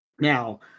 Now